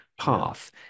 path